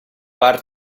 pare